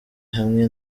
hamwe